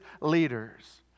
leaders